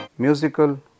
Musical